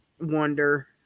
wonder